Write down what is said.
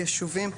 יישובים.